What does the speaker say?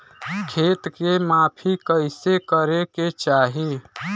खेत के माफ़ी कईसे करें के चाही?